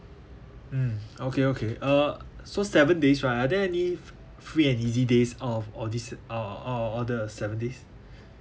mm okay okay uh so seven days right are there any free and easy days out of all these uh out of all the seven days